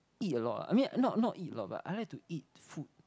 eat a lot ah I mean not not eat a lot but I like to eat food